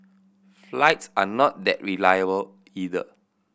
flights are not that reliable either